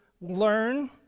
learn